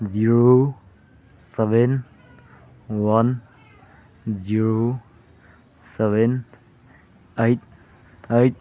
zero seven one zero seven eight eight